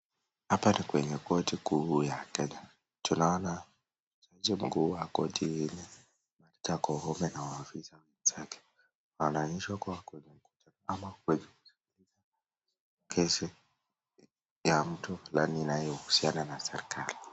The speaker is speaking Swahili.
Kwenye court kuu ya Kenya, tunaona jaji mkuu Martha Koome na maafisa wake wanaonyesha kuwa kwenye kesi ya mtu fulani inayohusiana na serikali.